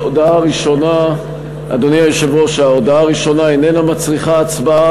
ההודעה הראשונה איננה מצריכה הצבעה.